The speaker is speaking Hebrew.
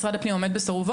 משרד הפנים עומד בסירובו,